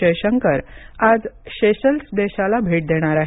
जयशंकर आज सेशेल्स देशाला भेट देणार आहेत